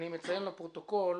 אני מציין לפרוטוקול